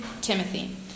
Timothy